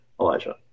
Elijah